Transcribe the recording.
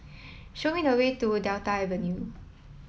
show me the way to Delta Avenue